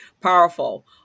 powerful